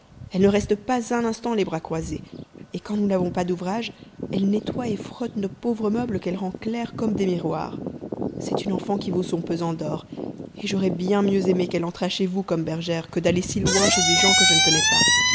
elle ne reste pas un instant les bras croisés et quand nous n'avons pas d'ouvrage elle nettoie et frotte nos pauvres meubles qu'elle rend clairs comme des miroirs c'est une enfant qui vaut son pesant d'or et j'aurais bien mieux aimé qu'elle entrât chez vous comme bergère que d'aller si loin chez des gens que je ne connais pas